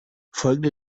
folgende